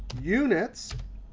units,